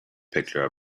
picture